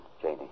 Janie